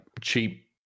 cheap